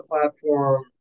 platform